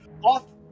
Off